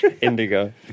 Indigo